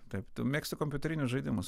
taip tu mėgsti kompiuterinius žaidimus